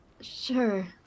sure